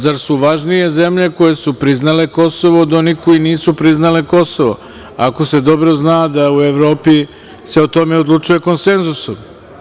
Zar su važnije zemlje koje su priznale Kosovo, od onih koje nisu priznale Kosovo, ako se dobro zna da se u Evropi o tome odlučuje konsenzusom?